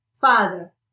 Father